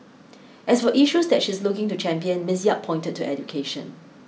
as for issues that she is looking to champion Miss Yap pointed to education